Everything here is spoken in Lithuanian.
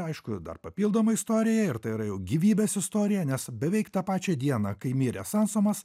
aišku dar papildoma istorija ir tai yra jau gyvybės istorija nes beveik tą pačią dieną kai mirė sansomas